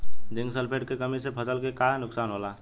Zinc sulphate के कमी से फसल के का नुकसान होला?